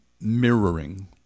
mirroring